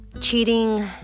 cheating